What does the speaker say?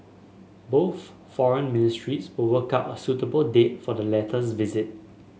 both foreign ministries will work out a suitable date for the latter's visit